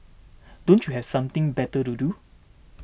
don't you have something better to do